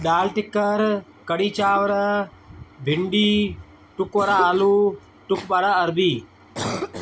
दाल टिकर कढ़ी चांवर भिंडी टुकर आलू टुक वारा अरबी